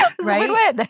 right